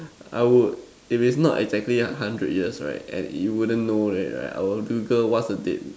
I would if it's not exactly hundred years and you wouldn't know it I would Google what's the date